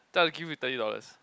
give you thirty dollars